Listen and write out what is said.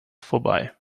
vorbei